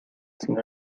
sino